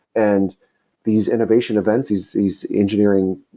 and these innovation events, these these engineering,